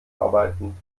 arbeiten